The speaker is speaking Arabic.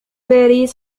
باريس